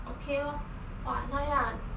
okay lor !wah! 那样